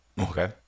Okay